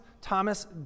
Thomas